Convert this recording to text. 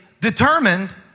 determined